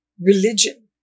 religion